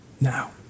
now